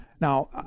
Now